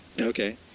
okay